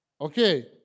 okay